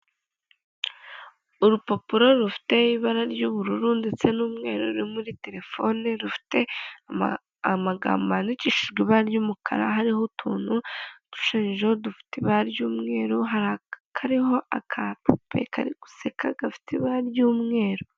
Urupapuro rufite ibara ry'ubururu ndetse n'umweru ruri muri terefone rufite amagambo yandikishijwe ibara ry'umukara hariho utuntu dushushanyijeho dufite ibara ry'umweru hari akariho akapupe kari guseka gafite ibara ry'umweru.